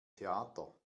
theater